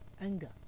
anger